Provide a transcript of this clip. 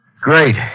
Great